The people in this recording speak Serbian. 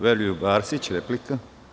Veroljub Arsić, replika.